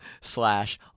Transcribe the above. slash